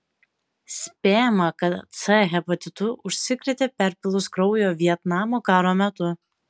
spėjama kad c hepatitu užsikrėtė perpylus kraujo vietnamo karo metu